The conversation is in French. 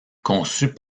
conçus